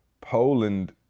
Poland